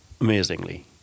amazingly